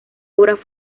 obra